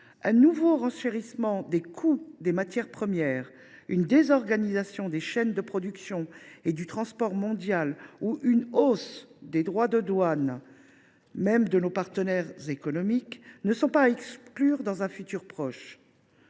Un nouveau renchérissement des coûts des matières premières, une désorganisation des chaînes de production ou du transport mondial, ou encore une hausse des droits de douane – même de nos partenaires économiques… – ne sont pas à exclure dans un avenir proche.